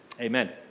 Amen